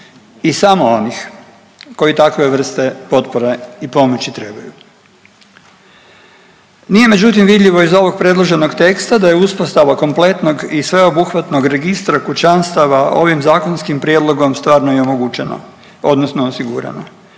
i samo onih koji takve vrste potpore i pomoći trebaju. Nije međutim vidljivo iz ovog predloženog teksta da je uspostava kompletnog i sveobuhvatnog registra kućanstava ovim zakonskim prijedlogom stvarno i omogućena odnosno osigurana.